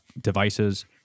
devices